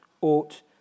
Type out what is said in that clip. ought